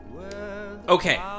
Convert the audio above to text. Okay